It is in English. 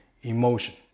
emotion